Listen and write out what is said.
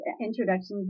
introductions